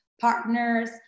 partners